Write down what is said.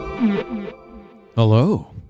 Hello